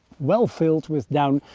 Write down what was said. well filled with down,